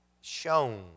shown